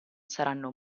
saranno